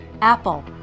Apple